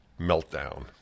meltdown